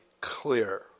clear